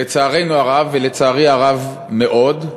לצערנו הרב, ולצערי הרב מאוד,